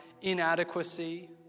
inadequacy